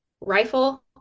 rifle